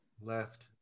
Left